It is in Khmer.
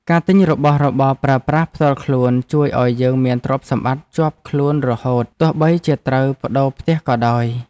ការទិញរបស់របរប្រើប្រាស់ផ្ទាល់ខ្លួនជួយឱ្យយើងមានទ្រព្យសម្បត្តិជាប់ខ្លួនរហូតទោះបីជាត្រូវប្ដូរផ្ទះក៏ដោយ។